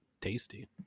tasty